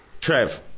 Trev